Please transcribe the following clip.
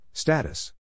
Status